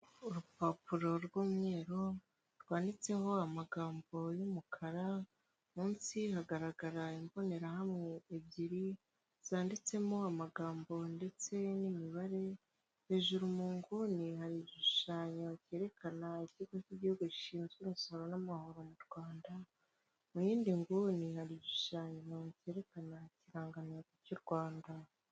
Urupapuro rw'umweru rwanditseho amagambo y'umukara munsi hagaragara imbonerahamwe ebyiri zanditsemo amagambo ndetse nimibare ,hejurumunguni hari igishushanyo cyerekana ikigo cy' Igihugu gishinzwe imisoro n'amahoro mu Rwanda mu yindi nguni hari igishushanyo cyerekana ikirangantego cy'u Rwanda.